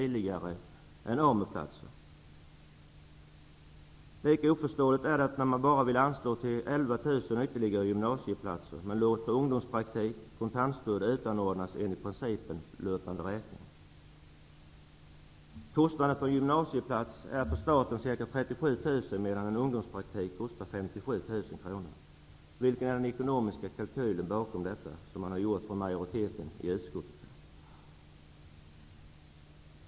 Lika oförståeligt är att man bara vill anslå pengar till 11 000 gymnasieplatser, men låter ungdomspraktik och kontantstöd utanordnas enligt principen löpande räkning. Kostnaden för en gymnasieplats är för staten ca 37 000 kr, medan en ungdomspraktikplats kostar 57 000 kr. Vilken är den ekonomiska kalkylen bakom denna avvägning som majoriteten i utskottet gjort?